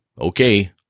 Okay